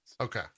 okay